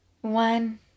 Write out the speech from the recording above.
One